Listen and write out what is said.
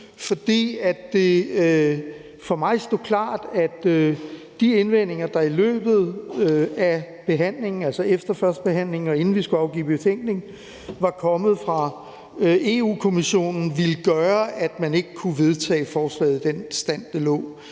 for mig stod det klart, at de indvendinger, der i løbet af behandlingen – altså efter førstebehandlingen, og inden vi skulle afgive betænkning – var kommet fra Europa-Kommissionen, ville gøre, at man ikke kunne vedtage forslaget i den stand, det lå.